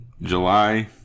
July